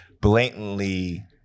blatantly